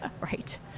right